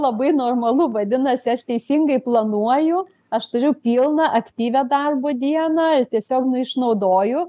labai normalu vadinasi aš teisingai planuoju aš turiu pilną aktyvią darbo dieną tiesiog nu išnaudoju